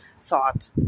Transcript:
thought